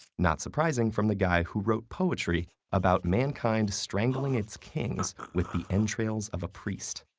not surprising from the guy who wrote poetry about mankind strangling its kings with the entrails of a priest.